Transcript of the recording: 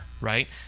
right